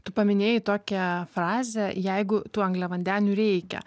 tu paminėjai tokią frazę jeigu tų angliavandenių reikia